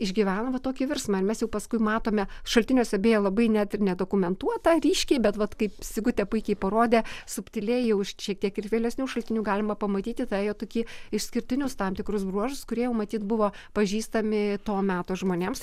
išgyveno va tokį virsmą ir mes jau paskui matome šaltiniuose beje labai net ir nedokumentuota ryškiai bet vat kaip sigutė puikiai parodė subtiliai jau iš šiek tiek ir vėlesnių šaltinių galima pamatyti tą jo tokį išskirtinius tam tikrus bruožus kurie jau matyt buvo pažįstami to meto žmonėms